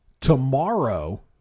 tomorrow